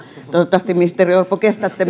toivottavasti ministeri orpo kestätte